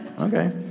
Okay